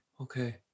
okay